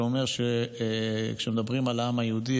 שאומר שכשמדברים על העם היהודי,